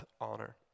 honor